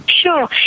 Sure